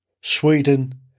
Sweden